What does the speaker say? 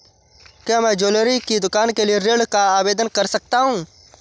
क्या मैं ज्वैलरी की दुकान के लिए ऋण का आवेदन कर सकता हूँ?